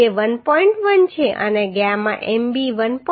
1 છે અને gamma mb 1